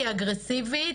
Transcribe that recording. היא אגרסיבית,